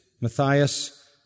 Matthias